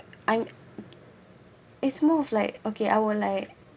I it's more of like okay I would like